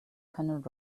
cannot